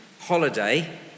holiday